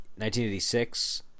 1986